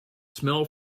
smell